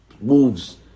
moves